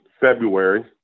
february